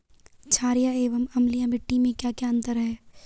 छारीय एवं अम्लीय मिट्टी में क्या क्या अंतर हैं?